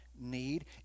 need